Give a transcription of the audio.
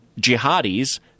jihadis